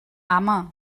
ama